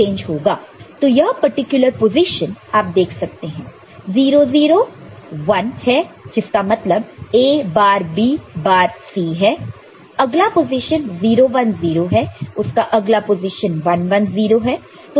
तो यह particular position आप देख सकते हैं 0 0 1 है जिसका मतलब A bar B bar C है अगला पोजीशन 0 1 0 है उसका अगला पोजीशन 1 1 0 है